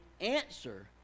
answer